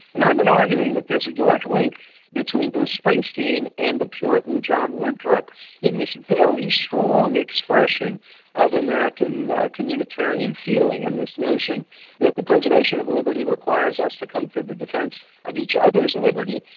and i've been arguing that there's a direct link between bruce springsteen and the puritan john winthrop in this and very strong expression of american communitarian feeling and this notion that the preservation of liberty requires us to come to the defence of each other's liberty,